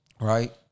right